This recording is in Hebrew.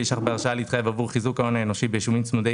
שקלים בהרשאה להתחייב עבור חיזוק ההון האנושי ביישובים צמודי